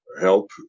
help